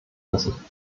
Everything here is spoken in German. müssen